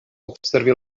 observi